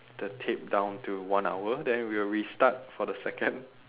the tape down to one hour then we'll restart for the second